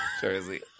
jersey